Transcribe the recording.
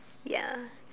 ya